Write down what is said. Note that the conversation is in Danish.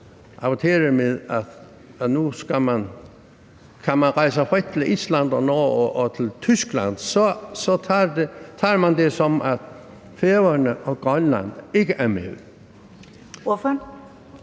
så averterer med, at man nu kan rejse frit til Island og Norge og Tyskland, tager man det, som om Færøerne og Grønland ikke er med.